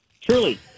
Truly